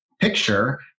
picture